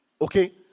okay